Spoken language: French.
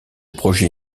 projet